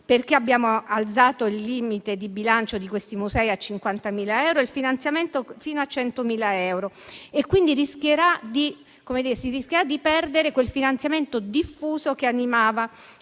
infatti innalzato il limite di bilancio di questi musei a 50.000 euro e il finanziamento fino a 100.000 euro, rischiando di perdere quel finanziamento diffuso che animava